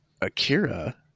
Akira